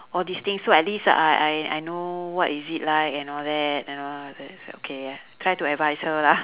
all these things so at least I I I know what is it like and all that you know I say okay try to advise her lah